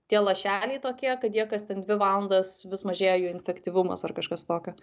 tie lašeliai tokie kad jie kas ten dvi valandas vis mažėja jų infektyvumas ar kažkas tokio